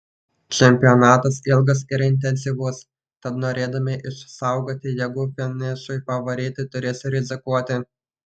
čempionatas ilgas ir intensyvus tad norėdami išsaugoti jėgų finišui favoritai turės rizikuoti